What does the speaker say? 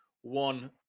one